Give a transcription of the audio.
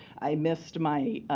i missed my